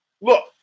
Look